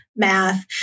math